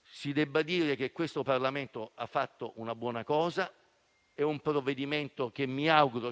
si debba dire che questo Parlamento ha fatto una buona cosa. È un provvedimento che